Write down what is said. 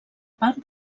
part